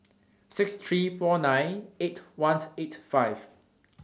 six thousand three hundred and forty nine eight thousand one hundred and eighty five